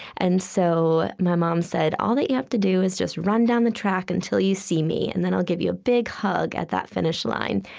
and so my mom said, all you have to do is just run down the track until you see me, and then i'll give you a big hug at that finish line.